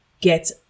get